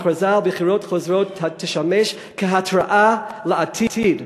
הכרזה על בחירות חוזרות תשמש כהתראה לעתיד,